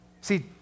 see